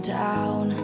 down